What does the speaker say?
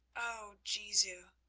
oh jesu,